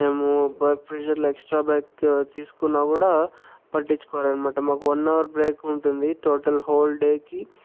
మేము వర్క్ ప్రెజర్లో extra break తీసుకున్నా కూడా పట్టిచ్చుకోరనమాట మాకు వన్ అవర్ బ్రేక్ ఉంటుంది టోటల్ హోల్ డేకి